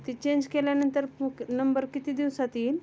ती चेंज केल्यानंतर नंबर किती दिवसात येईल